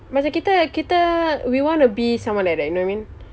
macam kita kita we wanna be someone like that you know what I mean